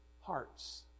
hearts